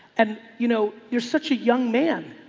and you know you're such a young man.